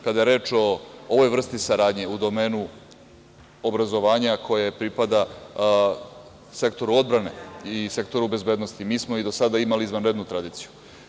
Kada je reč o ovoj vrsti saradnje u domenu obrazovanja koje pripada sektoru odbrane i sektoru bezbednosti, mi smo i do sada imali izvanrednu tradiciju.